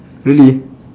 really